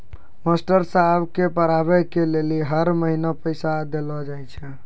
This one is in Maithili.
मास्टर साहेब के पढ़बै के लेली हर महीना पैसा देलो जाय छै